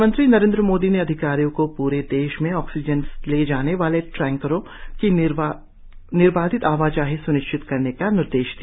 प्रधानमंत्री नरेंद्र मोदी ने अधिकारियों को पूरे देश में ऑक्सीजन ले जाने वाले टैंकरों की निर्बाध आवाजाही स्निश्चित करने का निर्देश दिया